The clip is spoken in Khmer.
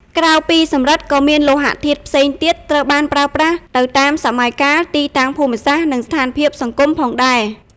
ក្រៅពីសំរឹទ្ធិ ក៏មាន លោហៈធាតុផ្សេងទៀត ត្រូវបានប្រើប្រាស់ទៅតាមសម័យកាល ទីតាំងភូមិសាស្ត្រ និងស្ថានភាពសង្គមផងដែរ។